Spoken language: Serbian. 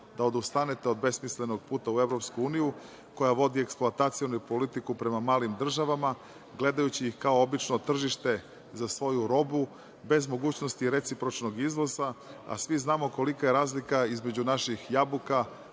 da odustanete od besmislenog puta u EU koja vodi eksploatacionu politiku prema malim državama, gledajući ih kao obično tržište za svoju robu, bez mogućnosti recipročnog izlaza, a svi znamo kolika je razlika između naših jabuka,